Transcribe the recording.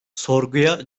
sorguya